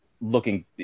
looking